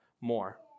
more